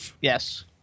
Yes